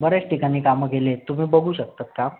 बऱ्याच ठिकाणी कामं केली आहेत तुम्ही बघू शकता काम